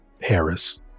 Paris